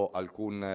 alcun